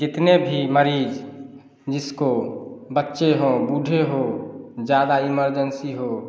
जितने भी मरीज़ जिसको बच्चे हों बूढ़े हों ज़्यादा इमरजेन्सी हो